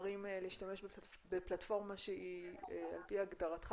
בוחרים להשתמש בפלטפורמה שהיא על פי הגדרתך